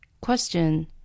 Question